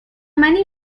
many